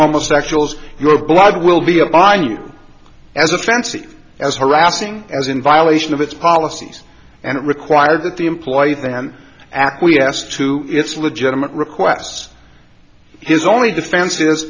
homosexuals your blood will be a minute as offensive as harassing as in violation of its policies and require that the employee then acquiesce to its legitimate requests his only defense